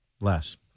Less